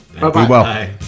Bye-bye